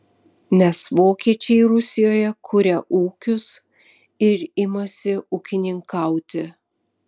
nes vokiečiai rusijoje kuria ūkius ir imasi ūkininkauti